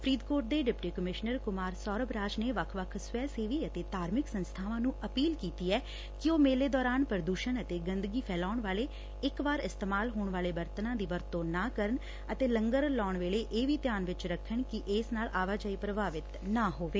ਫਰੀਦਕੋਟ ਦੇ deputy commissioner Kumar Saurabh Raj ਨੇ ਵੱਖ ਵੱਖ ਸਵੈ ਸੇਵੀ ਅਤੇ ਧਾਰਮਿਕ ਸੰਸਬਾਵਾਂ ਨੂੰ ਅਪੀਲ ਕੀਤੀ ਏ ਕਿ ਉਹ ਮੇਲੇ ਦੌਰਾਨ ਪ੍ਰਦੂਸਣ ਅਤੇ ਗੰਦਗੀ ਫੈਲਾਉਣ ਵਾਲੇ ਇਕ ਵਾਰ ਇਸਤਮਾਲ ਹੋਣ ਵਾਲੇ ਬਰਤਨਾਂ ਦੀ ਵਰਤੋਂ ਨਾ ਕਰਨ ਤੇ ਲੰਗਰ ਲਾਉਣ ਵੇਲੇ ਇਹ ਵੀ ਧਿਆਨ ਵਿਚ ਰੱਖਣ ਕੀ ਇਸ ਨਾਲ ਆਵਾਜਾਈ ਪ੍ਭਾਵਿਤ ਨਾ ਹੋਵੇ